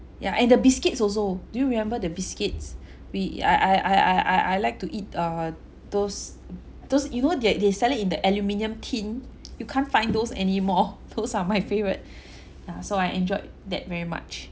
yeah and the biscuits also do you remember the biscuits we I I I I I I I like to eat uh those those you know that they sell it in that aluminium tin you can't find those any more those are my favorite uh so I enjoyed that very much